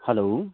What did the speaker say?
hello